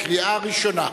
בקריאה ראשונה.